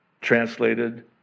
Translated